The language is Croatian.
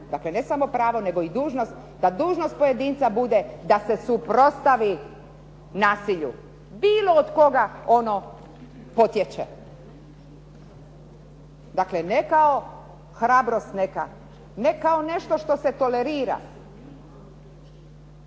dakle ne samo pravo nego i dužnost. Da dužnost pojedinca bude da se suprotstavi nasilju bilo od koga ono potječe. Dakle ne kao hrabrost neka, ne kao nešto što se tolerira.